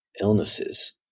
illnesses